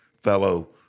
fellow